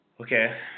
Okay